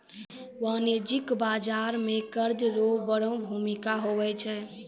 वाणिज्यिक बाजार मे कर्जा रो बड़ो भूमिका हुवै छै